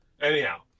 anyhow